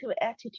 attitude